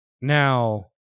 Now